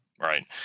Right